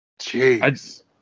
Jeez